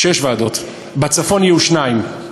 שש ועדות, בצפון יהיו שתיים.